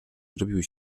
zrobił